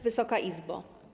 Wysoka Izbo!